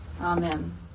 Amen